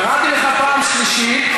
קראתי לך פעם שלישית,